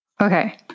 Okay